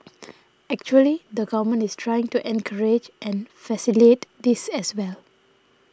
actually the Government is trying to encourage and facilitate this as well